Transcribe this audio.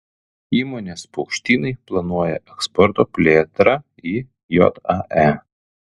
įmonės paukštynai planuoja eksporto plėtrą į jae